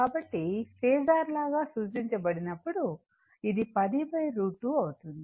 కాబట్టి ఫేసర్ లాగా సూచించబడినప్పుడు అది 10 √ 2 అవుతుంది